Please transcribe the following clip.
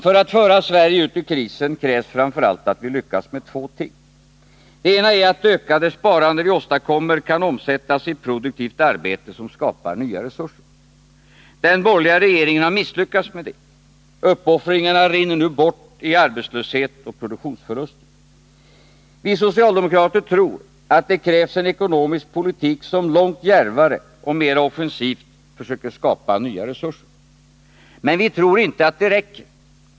För att föra Sverige ut ur krisen krävs framför allt att vi lyckas med två ting. Det ena är att det ökade sparande vi åstadkommer kan omsättas i produktivt arbete, som skapar nya resurser. Den borgerliga regeringen har misslyckats med detta. Uppoffringarna rinner nu bort i arbetslöshet och produktionsförluster. Vi socialdemokrater tror att det krävs en ekonomisk politik som långt djärvare och mera offensivt försöker skapa nya resurser. Men vi tror inte att det räcker.